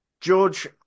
George